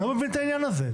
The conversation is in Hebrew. אני לא מבין את העניין הזה.